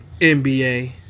nba